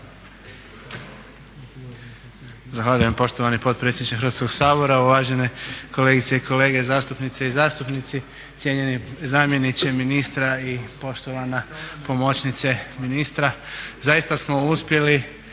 Zahvaljujem poštovani potpredsjedniče Hrvatskog sabora. Uvažene kolegice i kolege, zastupnice i zastupnici. Cijenjeni zamjeniče ministra i poštovana pomoćnice ministra. Zaista smo uspjeli